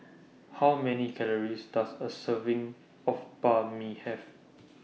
How Many Calories Does A Serving of Banh MI Have